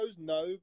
No